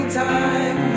time